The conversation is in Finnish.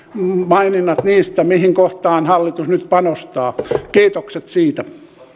maininnat niistä mihin kohtaan hallitus nyt panostaa kiitokset siitä